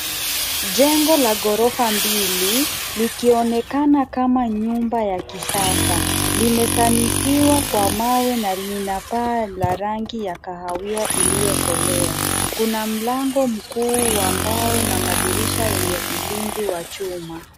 Jengo la ghorofa mbili likionekana kama nyumba ya kisasa limesanifiwa kwa mawe na linapaa la rangi ya kahawia iliyokolea. Kuna mlango mkuu wa mbao na madirisha yenye ulinzi wa chuma.